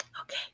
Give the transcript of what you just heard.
Okay